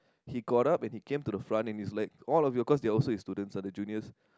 he got up and he came to the front and he's like all of you cause they were also his students ah the juniors